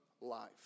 life